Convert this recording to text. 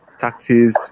tactics